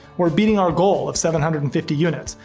we're beating our goal of seven hundred and fifty units,